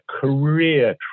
career